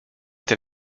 tym